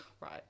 right